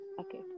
Okay